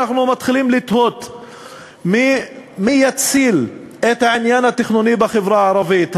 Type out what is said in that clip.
אנחנו מתחילים לתהות מי יציל את העניין התכנוני בחברה הערבית,